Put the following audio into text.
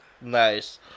Nice